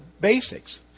basics